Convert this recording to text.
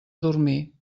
dormir